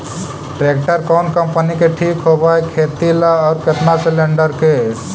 Tractor कोन company के ठीक होब है खेती ल औ केतना सलेणडर के?